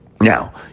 Now